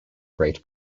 great